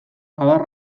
adar